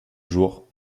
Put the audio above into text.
jours